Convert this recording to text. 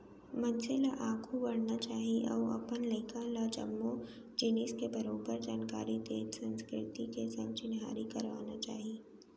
मनसे ल आघू बढ़ना चाही अउ अपन लइका ल जम्मो जिनिस के बरोबर जानकारी देत संस्कृति के संग चिन्हारी करवाना चाही